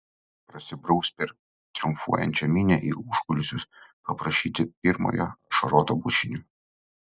prasibraus per triumfuojančią minią į užkulisius paprašyti pirmojo ašaroto bučinio